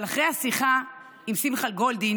אבל אחרי השיחה עם שמחה גולדין